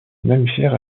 mammifère